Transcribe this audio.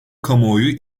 kamuoyu